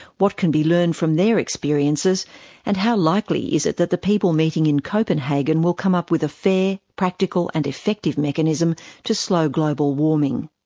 what can be learned from their experiences and how likely is it that the people meeting in copenhagen will come up with a fair, practical and effective mechanism to slow global warming?